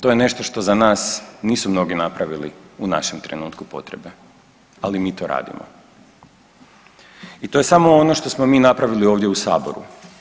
To je nešto što za nas nisu mnogi napravili u našem trenutku potrebe, ali mi to radimo i to je samo ono što smo mi napravili ovdje u saboru.